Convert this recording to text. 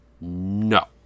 no